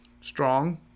strong